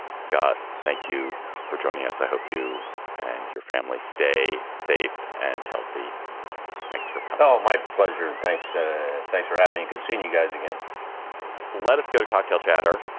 scott, thank you for joining us. i hope you and your family stay safe and healthy thanks for coming. my pleasure. thanks. ah thanks for having me. good seeing you guys again let us go to cocktail chatter